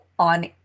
on